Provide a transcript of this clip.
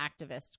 activist